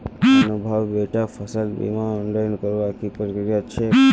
अनुभव बेटा फसल बीमा ऑनलाइन करवार की प्रक्रिया छेक